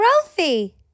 ralphie